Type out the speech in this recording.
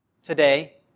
Today